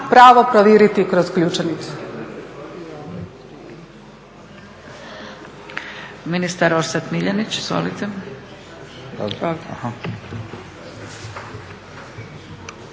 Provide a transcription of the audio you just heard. pravo proviriti kroz ključanicu.